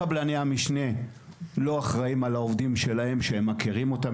קבלני המשנה לא אחראים על העובדים שלהם שהם מכירים אותם,